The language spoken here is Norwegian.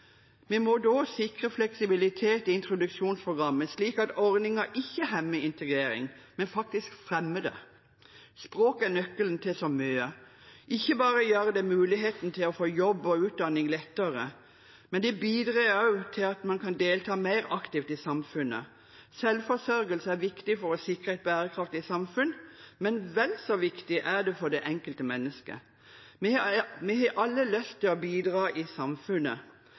Vi må da sikre fleksibilitet i introduksjonsprogrammet, slik at ordningen ikke hemmer integreringen, men faktisk fremmer den. Språk er nøkkelen til så mye. Ikke bare gjør det muligheten til å få jobb og utdanning større, men det bidrar også til at man kan delta mer aktivt i samfunnet. Selvforsørgelse er viktig for å sikre et bærekraftig samfunn, men vel så viktig er det for det enkelte mennesket. Vi har alle lyst til å bidra i samfunnet,